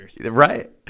right